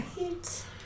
Right